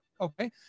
Okay